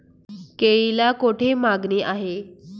केळीला कोठे मागणी आहे?